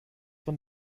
von